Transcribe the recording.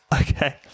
Okay